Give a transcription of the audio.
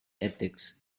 ethics